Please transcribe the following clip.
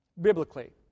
biblically